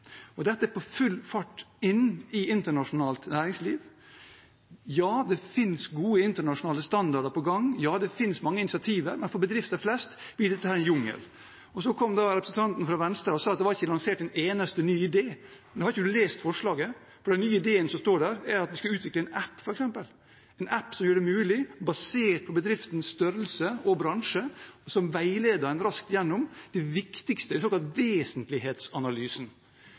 Dette er på full fart inn i internasjonalt næringsliv. Ja, det finnes gode internasjonale standarder på gang, ja, det finnes mange initiativer, men for bedrifter flest blir dette en jungel. Så kom representanten fra Venstre og sa at det ikke var lansert en eneste ny idé. Men da har man ikke lest forslaget, for en av de nye ideene som står der, er at det skal utvikles f.eks. en app – en app som gjør det mulig, basert på bedriftens størrelse og bransje, som veileder en raskt gjennom det viktigste, en såkalt